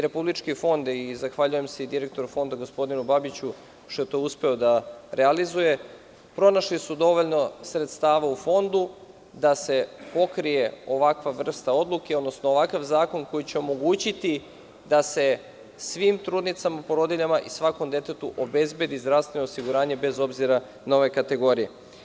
Republički fond, zahvaljujem se direktoru Fonda, gospodinu Babiću, što je to uspeo da realizuje, pronašli su dovoljno sredstava u Fondu da se pokrije ovakva vrsta odluke, odnosno ovakav zakon koji će omogućiti da se svim trudnicama, porodiljama i svakom detetu obezbedi zdravstveno osiguranje, bez obzira na ove kategorije.